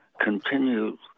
continues